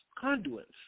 conduits